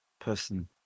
person